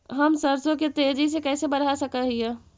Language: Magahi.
हम सरसों के तेजी से कैसे बढ़ा सक हिय?